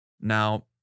Now